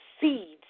seeds